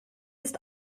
ist